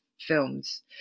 films